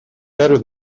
better